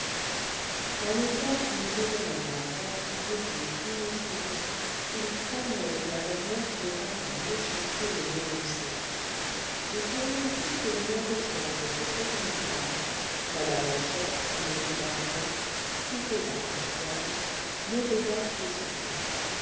dans le cas où il trouverait à la ferme un refuge inespéré il craignait que la borgnesse ne vînt par méchanceté le dénoncer il craignait aussi que les noms étranges de ses prétendus parents mme la chouette et m barbillon cités par tortillard n'éveillassent les soupçons